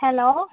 hello